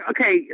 okay